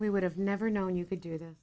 we would have never known you could do th